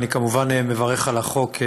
אני כמובן מברך על החוק,